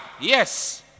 Yes